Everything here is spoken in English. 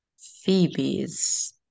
Phoebe's